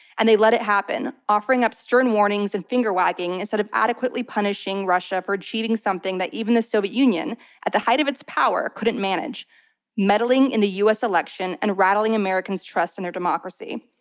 and they let it happen, offering up stern warnings and finger-wagging instead of adequately punishing russia for achieving something that even the soviet union at the height of its power couldn't manage meddling in the us election and rattling americans' trust in their democracy.